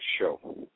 show